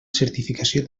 certificació